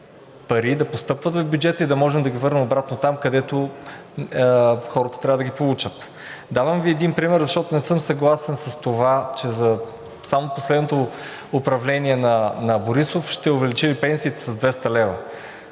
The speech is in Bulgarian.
да постъпват в бюджета и да можем да ги върнем обратно там, където хората трябва да ги получат. Давам Ви един пример, защото не съм съгласен с това, че само последното управление на Борисов ще увеличи пенсиите с 200 лв.